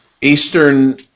Eastern